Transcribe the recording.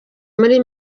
muri